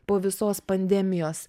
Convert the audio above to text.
po visos pandemijos